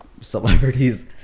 celebrities